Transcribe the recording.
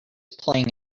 playing